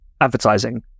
advertising